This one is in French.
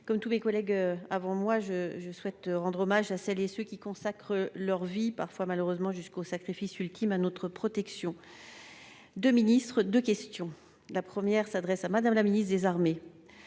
Conway-Mouret. Je souhaite à mon tour rendre hommage à celles et ceux qui consacrent leur vie, parfois, malheureusement, jusqu'au sacrifice ultime, à notre protection. Deux ministres, deux questions ; la première s'adresse à Mme la ministre des armées.